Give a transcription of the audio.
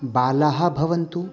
बालाः भवन्तु